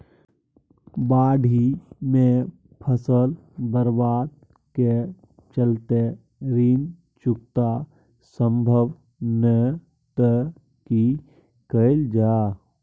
बाढि में फसल बर्बाद के चलते ऋण चुकता सम्भव नय त की कैल जा?